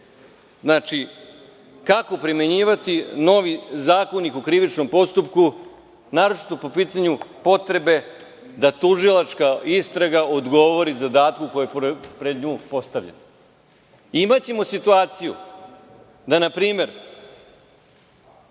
učim, kako primenjivati novi Zakonik o krivičnom postupku po pitanju potrebe da tužilačka istraga odgovori zadatku koji je pred nju postavljen. Imaćemo situaciju da, na primer,